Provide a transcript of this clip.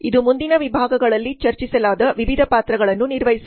ಇದು ಮುಂದಿನ ವಿಭಾಗಗಳಲ್ಲಿ ಚರ್ಚಿಸಲಾದ ವಿವಿಧ ಪಾತ್ರಗಳನ್ನು ನಿರ್ವಹಿಸಬಹುದು